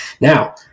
Now